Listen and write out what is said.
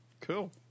Cool